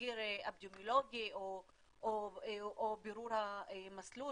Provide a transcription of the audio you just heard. בתחקיר אפידמיולוגי או בירור המסלול.